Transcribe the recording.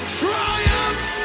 triumph